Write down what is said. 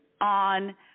on